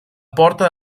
porta